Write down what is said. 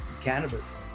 cannabis